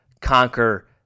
conquer